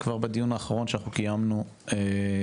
כבר בדיון האחרון שאנחנו קיימנו היה